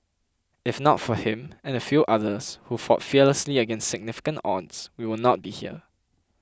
if not for him and a few others who fought fearlessly against significant odds we will not be here